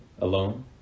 Alone